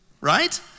right